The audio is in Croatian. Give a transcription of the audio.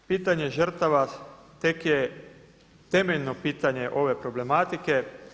Pitanje žrtava tek je temeljno pitanje ove problematike.